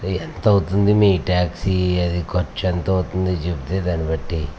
ఎంత అవుతుంది మీ ట్యాక్సీ అది ఖర్చు ఎంత అవుతుందో చెబితే దాన్నిబట్టి